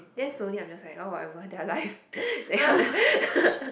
then slowly I'm just like oh whatever their lives that kind of thing